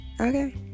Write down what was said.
okay